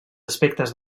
aspectes